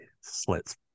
slits